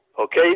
okay